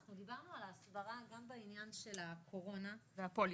דיברנו על ההסברה גם בעניין של הקורונה והפוליו.